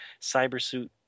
cybersuit